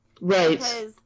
Right